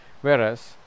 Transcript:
whereas